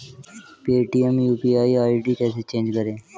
Paytm UPI ID कैसे change करें?